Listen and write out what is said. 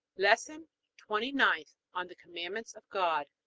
lesson twenty-ninth on the commandments of god